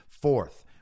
Fourth